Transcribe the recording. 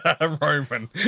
Roman